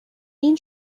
این